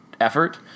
effort